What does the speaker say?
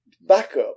backup